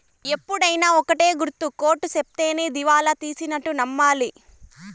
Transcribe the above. ఎప్పుడైనా ఒక్కటే గుర్తు కోర్ట్ సెప్తేనే దివాళా తీసినట్టు నమ్మాలి